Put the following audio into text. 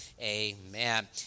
Amen